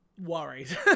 worried